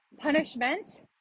punishment